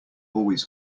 always